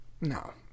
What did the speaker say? No